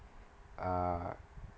err